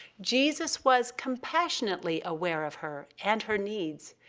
jesus was compassionately aware of her and her needs.